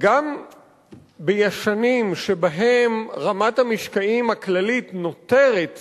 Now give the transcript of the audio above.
גם בשנים שבהן רמת המשקעים הכללית נותרת